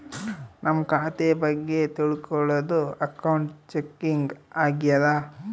ನಮ್ ಖಾತೆ ಬಗ್ಗೆ ತಿಲ್ಕೊಳೋದು ಅಕೌಂಟ್ ಚೆಕಿಂಗ್ ಆಗ್ಯಾದ